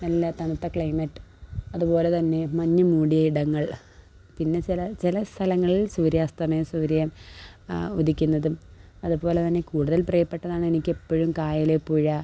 നല്ല തണുത്ത ക്ലൈമറ്റ് അതുപോലെ തന്നെ മഞ്ഞ് മൂടിയയിടങ്ങൾ പിന്നെ ചില ചില സ്ഥലങ്ങളിൾ സൂര്യാസ്തമയം സൂര്യൻ ഉദിക്കുന്നതും അതുപോലെ തന്നെ കൂടുതൽ പ്രിയപ്പെട്ടതാണെനിക്കെപ്പോഴും കായൽ പുഴ